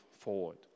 forward